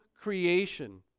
creation